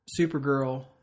Supergirl